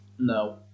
No